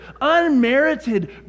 unmerited